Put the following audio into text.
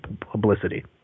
publicity